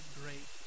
great